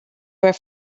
were